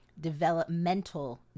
developmental